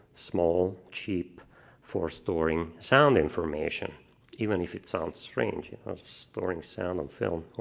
small, cheap for storing sound information even if it sounds strange, and storing sound on film